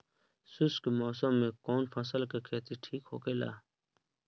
शुष्क मौसम में कउन फसल के खेती ठीक होखेला?